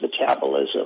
metabolism